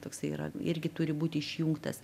toksai yra irgi turi būti išjungtas